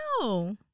No